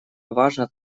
важно